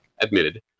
admitted